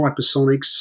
hypersonics